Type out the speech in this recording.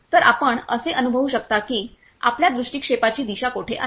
तर आपण असे अनुभवू शकता की आपल्या दृष्टीक्षेपाची दिशा कोठे आहे